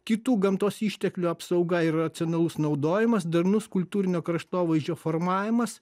kitų gamtos išteklių apsauga ir racionalus naudojimas darnus kultūrinio kraštovaizdžio formavimas